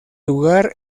lugar